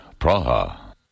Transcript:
Praha